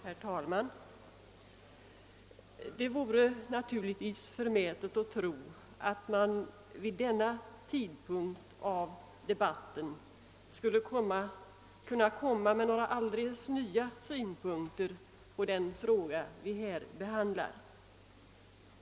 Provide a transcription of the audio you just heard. Herr talman! Det vore naturligtvis förmätet att tro att man vid denna tidpunkt av debatten skulle kunna anföra några alldeles nya synpunkter på den fråga vi här behandlar.